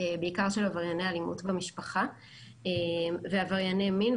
בעיקר של עברייני אלימות במשפחה ועברייני מין,